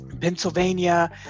Pennsylvania